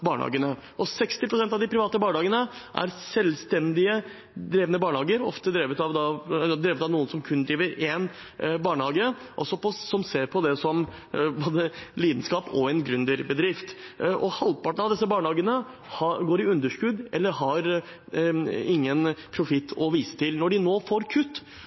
barnehagene. 60 pst. av de private barnehagene er selvstendig drevne barnehager, ofte drevet av noen som kun driver én barnehage, og som ser på det som både en lidenskap og en gründerbedrift. Halvparten av disse barnehagene går med underskudd eller har ingen profitt å vise til. Når de nå får kutt,